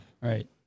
Right